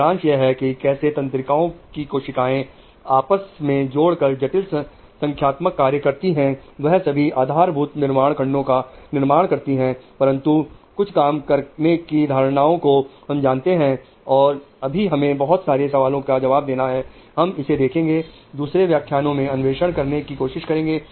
सारांश यह है कि कैसे तंत्रिकाओं की कोशिकाएं आपस में जोड़कर जटिल संख्यात्मक कार्य करती हैं वह सभी आधारभूत निर्माण खंडों का निर्माण करती हैं परंतु कुछ काम करने की धारणाओं को हम जानते हैं और अभी हमें बहुत सारे सवालों का जवाब देना है हम इसे देखेंगे और दूसरे व्याख्यान में अन्वेषण करने की कोशिश करेंगे